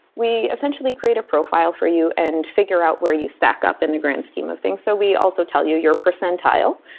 we essentially create a profile for you and figure out where you stack up in the grand scheme of things so we also tell you your percentile,